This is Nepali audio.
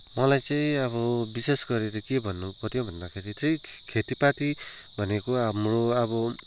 मलाई चाहिँ अब विशेष गरेर के भन्नु पऱ्यो भन्दाखेरि चाहिँ खेतीपाती भनेको हाम्रो अब